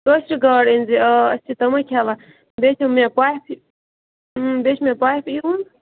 کٲشرِ گاڈٕ أنۍزِ آ أسۍ چھِ تِمے کھٮ۪وان بیٚیہِ چھِ مےٚ پۄپھِ بیٚیہِ چھُ مےٚ پۄپھِ یُن